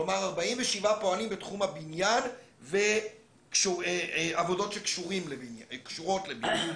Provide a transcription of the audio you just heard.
כלומר 47 פועלים בתחום הבנייה ועבודות שקשורות לבנייה,